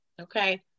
okay